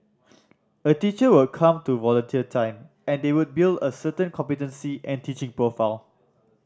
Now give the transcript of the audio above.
a teacher would come to volunteer time and they build a certain competency and teaching profile